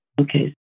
Okay